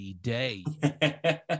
day